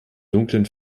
dunklen